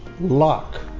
lock